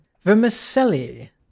vermicelli